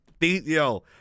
yo